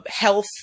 health